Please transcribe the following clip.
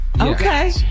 Okay